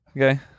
Okay